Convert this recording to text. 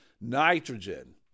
nitrogen